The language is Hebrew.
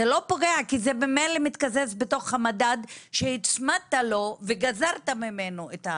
זה לא פוגע כי זה ממילא מתקזז בתוך המדד שהצמדת לו וגזרת ממנו.